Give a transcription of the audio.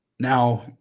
Now